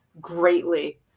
greatly